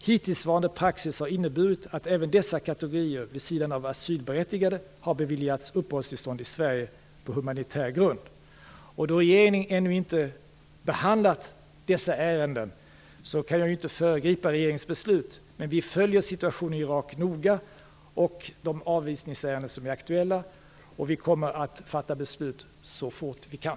Hittillsvarande praxis har inneburit att även dessa kategorier, vid sidan av asylberättigade, har beviljats uppehållstillstånd i Sverige på humanitär grund. Då regeringen ännu inte behandlat dessa ärenden kan jag inte föregripa regeringens beslut. Men vi följer situationen noga i Irak och de avvisningsärenden som är aktuella. Vi kommer att fatta beslut så fort vi kan.